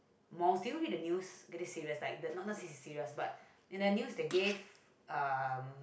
malls did you read the news okay this serious like the not say serious but in the news they gave um